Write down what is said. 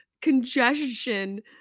congestion